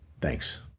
thanks